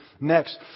next